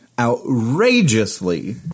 Outrageously